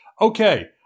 Okay